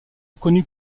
reconnus